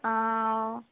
ஆ